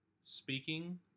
speaking